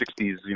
60s